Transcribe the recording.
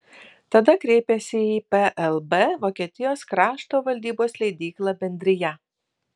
tada kreipėsi į plb vokietijos krašto valdybos leidyklą bendrija